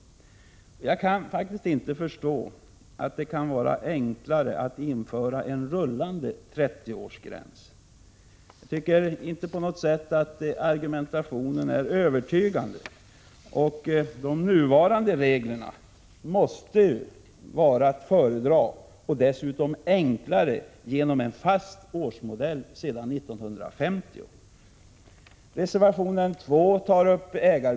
Jag kan faktiskt inte förstå att det skulle vara enklare att införa en rullande 30-årsgräns. Argumentationen för en sådan är inte på något sätt övertygande. De nuvarande reglerna måste vara att föredra. De är dessutom enklare, eftersom man tillämpar en fastställd gräns, som avser årsmodeller från 1950. Frågan om ägarbyte behandlas i reservation 2.